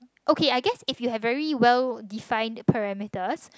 okay I guess if you have very well define parameters